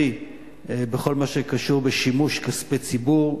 בכל מה שקשור בשימוש בכספי ציבור.